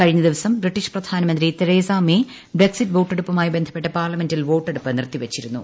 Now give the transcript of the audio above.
കഴിഞ്ഞദിവസം ബ്രിട്ടീഷ് പ്രധാനമന്ത്രി Theresa May Brexit വോട്ടെടുപ്പുമായി ബന്ധപ്പെട്ട് പാർലമെന്റിൽ വോട്ടെടുപ്പ് നിർത്തിവച്ചിരുന്നു